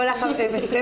את